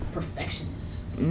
Perfectionists